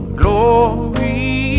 glory